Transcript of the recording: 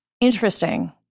Interesting